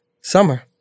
Summer